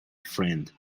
friend